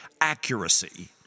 accuracy